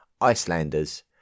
Icelanders